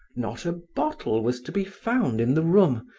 not a bottle was to be found in the room,